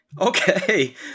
okay